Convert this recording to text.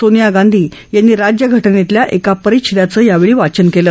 सोनिया गांधी यांनी राज्यघटनेतल्या एका रिच्छेदाचं यावेळी वाचन केलं